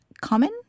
common